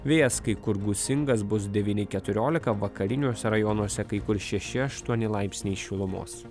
vėjas kai kur gūsingas bus devyni keturiolika vakariniuose rajonuose kai kur šeši aštuoni laipsniai šilumos